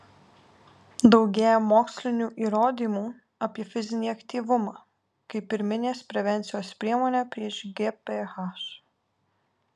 daugėja mokslinių įrodymų apie fizinį aktyvumą kaip pirminės prevencijos priemonę prieš gph